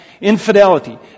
infidelity